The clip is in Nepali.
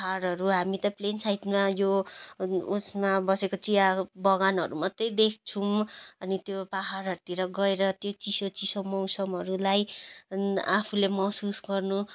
पहाडहरू हामी त प्लेन साइडमा यो उयसमा बसेको चिया बगानहरू मात्र देख्छौँ अनि त्यो पहाडहरूतिर गएर त्यो चिसो चिसो मौसमहरूलाई आफूले महसुस गर्नु